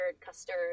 custard